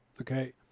Okay